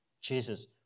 Jesus